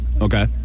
Okay